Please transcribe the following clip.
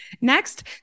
Next